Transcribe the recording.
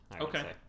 okay